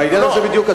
בעניין הזה בדיוק,